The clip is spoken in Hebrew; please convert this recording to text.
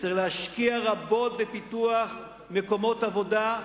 וצריך להשקיע רבות בפיתוח מקומות עבודה,